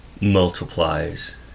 multiplies